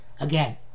again